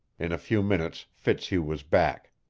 in a few minutes fitzhugh was back.